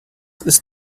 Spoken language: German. ist